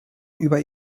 über